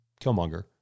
Killmonger